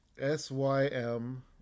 S-Y-M